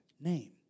name